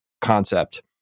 concept